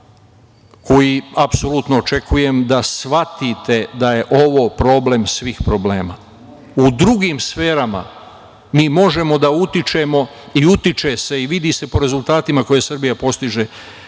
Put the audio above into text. koji apsolutno očekujem da shvatite da je ovo problem svih problema.U drugim sferama mi možemo da utičemo i utiče se i vidi se po rezultatima koje Srbija postiže